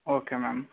okay ma'am